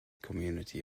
community